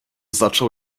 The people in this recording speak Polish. zaczął